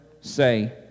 say